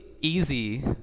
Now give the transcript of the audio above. easy